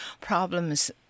problems